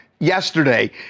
Yesterday